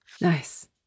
Nice